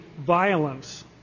violence